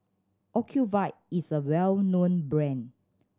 Ocuvite is a well known brand